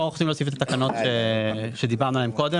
פה אנחנו גם רצינו להוסיף את התקנות שדיברנו עליהן קודם,